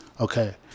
Okay